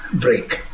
break